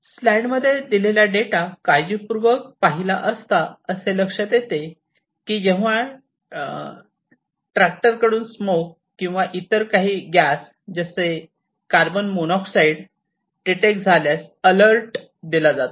स्लाईडमध्ये दिलेला डेटा काळजीपूर्वक पाहिले असता असे लक्षात येते की जेव्हा ती ट्रॅक्टर कडून स्मोक किंवा इतर काही गॅस जसे कार्बन मोनॉक्साईड डिटेक्ट झाल्यास अलर्ट दिला जातो